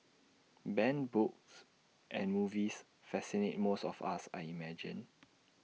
banned books and movies fascinate most of us I imagine